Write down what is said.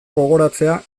gogoratzea